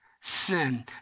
sin